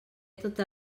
tota